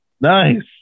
Nice